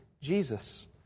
Jesus